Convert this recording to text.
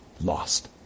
lost